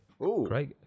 Great